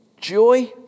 Joy